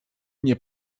nie